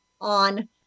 on